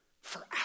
forever